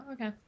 okay